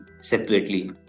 separately